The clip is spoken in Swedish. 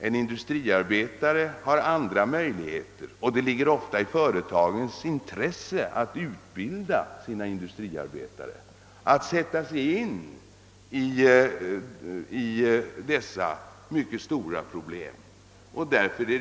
En industriarbetare har bättre möjligheter att sätta sig in i dessa mycket stora problem, eftersom det ofta ligger i företagens intresse att utbilda sina arbetare.